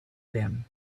them